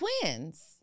twins